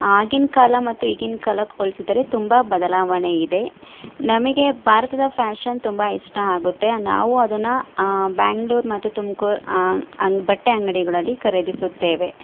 ಆಗಿನ ಕಾಲ ಮತ್ತು ಈಗಿನ ಕಾಲಕ್ಕೆ ಹೋಲಿಸಿದರೆ ತುಂಬ ಬದಲಾವಣೆ ಇದೆ ನಮಗೆ ಭಾರತದ ಫ್ಯಾಷನ್ ತುಂಬ ಇಷ್ಟ ಆಗುತ್ತೆ ನಾವು ಅದನ್ನು ಬ್ಯಾಂಗ್ಲೂರ್ ಮತ್ತು ತುಮಕೂರ್ ಅಂಗ್ ಬಟ್ಟೆ ಅಂಗಡಿಗಳಲ್ಲಿ ಖರೀದಿಸುತ್ತೇವೆ